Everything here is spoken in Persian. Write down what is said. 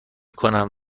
کنم